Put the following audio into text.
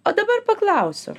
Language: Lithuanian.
o dabar paklausiu